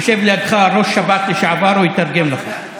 יושב לידך ראש השב"כ לשעבר, הוא יתרגם לך.